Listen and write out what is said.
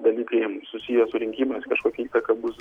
dalykai susiję su rinkimais kažkokia įtaka bus